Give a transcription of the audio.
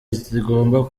zigomba